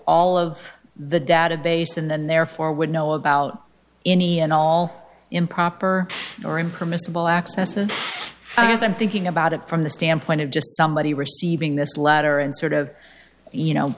all of the database and then therefore would know about any and all improper or impermissible access and as i'm thinking about it from the standpoint of just somebody receiving this letter and sort of you know